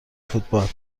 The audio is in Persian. فوتبال